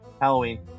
Halloween